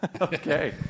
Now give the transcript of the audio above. Okay